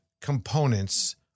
components